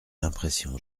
l’impression